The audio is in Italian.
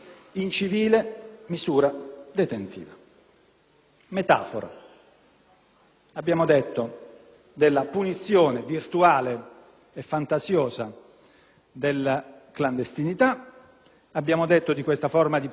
abbiamo detto, della punizione virtuale e fantasiosa della clandestinità. Abbiamo detto di questa forma di punizione, molto meno virtuale, molto più reale, concretamente incidente